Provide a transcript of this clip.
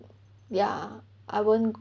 ya I won't